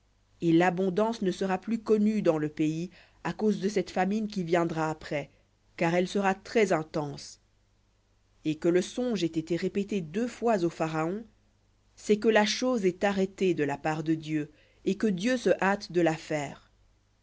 et l'abondance ne sera plus connue dans le pays à cause de cette famine après car elle sera très intense et que le songe ait été répété deux fois au pharaon c'est que la chose est arrêtée de la part de dieu et que dieu se hâte de